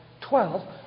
twelve